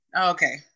Okay